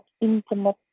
intimate